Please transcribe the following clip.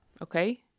Okay